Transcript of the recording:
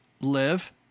live